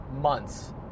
months